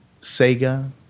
Sega